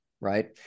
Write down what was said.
right